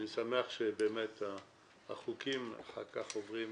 אני שמח שבאת החוקים אחר כך עוברים